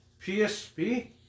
PSP